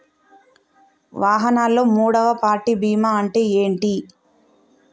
వాహనాల్లో మూడవ పార్టీ బీమా అంటే ఏంటి?